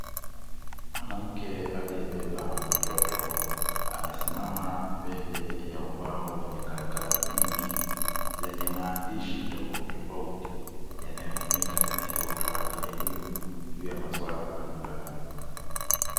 Mwanamke aliyebeba mtoto amesimama mbele ya ubao wenye karatasi nyingi, zenye maandishi tofautitofauti yanayotumika katika utoaji wa elimu juu ya maswala mbalimbali.